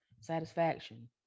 satisfaction